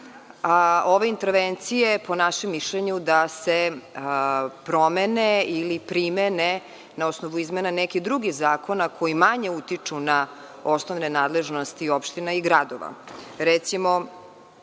ove intervencije, po našem mišljenju, da se promene ili primene na osnovu izmena nekih drugih zakona koji manje utiču na osnovne nadležnosti opština i gradova. Recimo,